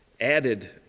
added